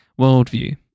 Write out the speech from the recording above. worldview